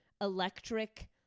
electric